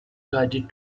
guided